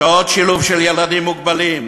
שעות שילוב של ילדים מוגבלים,